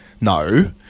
no